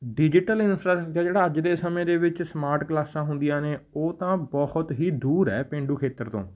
digital infrastructure ਜਿਹੜਾ ਅੱਜ ਦੇ ਸਮੇਂ ਦੇ ਵਿੱਚ ਸਮਾਰਟ ਕਲਾਸਾਂ ਹੁੰਦੀਆਂ ਨੇ ਉਹ ਤਾਂ ਬਹੁਤ ਹੀ ਦੂਰ ਹੈ ਪੇਂਡੂ ਖੇਤਰ ਤੋਂ